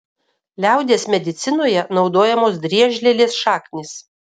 liaudies medicinoje naudojamos driežlielės šaknys